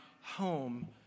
home